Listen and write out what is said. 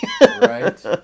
Right